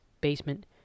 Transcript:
basement